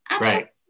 Right